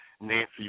Nancy